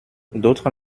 d’autres